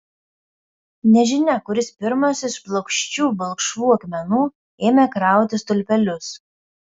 nežinia kuris pirmas iš plokščių balkšvų akmenų ėmė krauti stulpelius